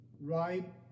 right